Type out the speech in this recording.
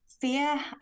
Fear